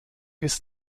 ist